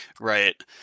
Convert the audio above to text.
Right